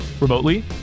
remotely